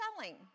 selling